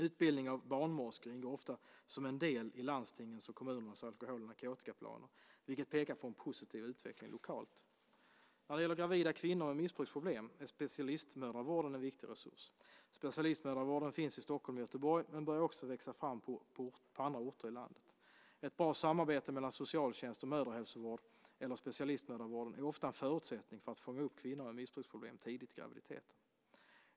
Utbildning av barnmorskor ingår ofta som en del i landstingens och kommunernas alkohol och narkotikaplaner, vilket pekar på en positiv utveckling lokalt. När det gäller gravida kvinnor med missbruksproblem är specialistmödravården en viktig resurs. Specialistmödravård finns i Stockholm och Göteborg men börjar också växa fram på andra orter i landet. Ett bra samarbete mellan socialtjänst och mödrahälsovård eller specialistmödravården är ofta en förutsättning för att fånga upp kvinnor med missbruksproblem tidigt i graviditeten.